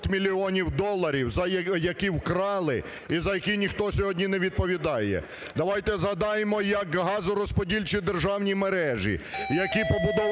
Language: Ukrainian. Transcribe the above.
Дякую.